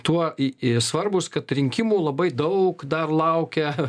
tuo i i svarbūs kad rinkimų labai daug dar laukia